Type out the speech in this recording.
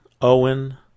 Owen